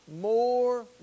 more